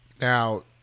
Now